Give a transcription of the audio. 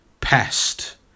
pest